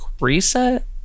reset